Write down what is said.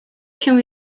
się